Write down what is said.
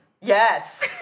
Yes